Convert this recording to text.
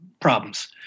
problems